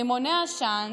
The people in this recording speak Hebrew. רימוני עשן,